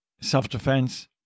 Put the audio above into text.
self-defense